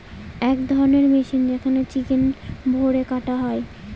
এক ধরণের মেশিন যেখানে চিকেন ভোরে কাটা হয়